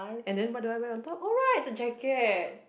and then what do I wear on top oh right it's a jacket